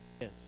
Yes